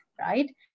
right